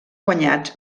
guanyats